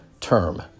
term